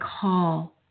call